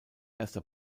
erster